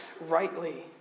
rightly